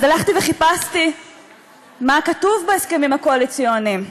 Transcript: אז הלכתי וחיפשתי מה כתוב בהסכמים הקואליציוניים,